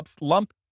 lump